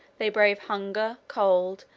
they brave hunger, cold,